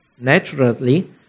Naturally